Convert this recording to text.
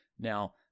Now